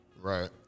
right